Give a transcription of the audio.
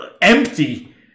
empty